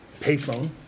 payphone